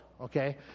okay